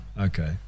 Okay